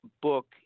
book